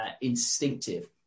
instinctive